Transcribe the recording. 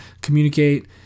communicate